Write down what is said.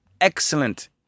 excellent